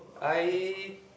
I